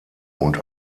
und